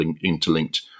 interlinked